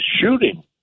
shooting